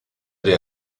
der